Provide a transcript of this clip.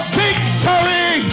victory